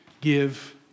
give